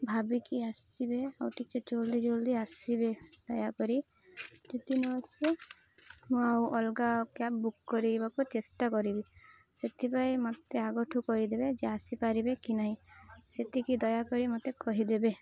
ଭାବିକି ଆସିବେ ଆଉ ଟିକେ ଜଲ୍ଦି ଜଲ୍ଦି ଆସିବେ ଦୟାକରି ଯଦି ନ ଆସିବେ ମୁଁ ଆଉ ଅଲଗା କ୍ୟାବ୍ ବୁକ୍ କରେଇବାକୁ ଚେଷ୍ଟା କରିବି ସେଥିପାଇଁ ମୋତେ ଆଗରୁ କହିଦେବେ ଯେ ଆସିପାରିବେ କି ନାହିଁ ସେତିକି ଦୟାକରି ମୋତେ କହିଦେବେ